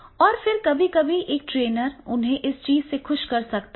और फिर कभी कभी एक ट्रेनर उन्हें इस चीज़ से खुश कर सकता है